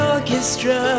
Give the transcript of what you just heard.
Orchestra